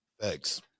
Thanks